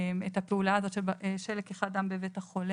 ר"ח אדר א'.